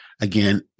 Again